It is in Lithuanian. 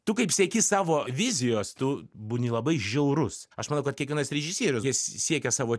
tu kaip sieki savo vizijos tu būni labai žiaurus aš manau kad kiekvienas režisierius jis siekia savo